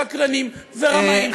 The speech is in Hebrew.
שקרנים ורמאים,